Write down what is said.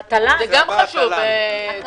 הישיבה ננעלה בשעה 10:09.